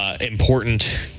important